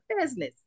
business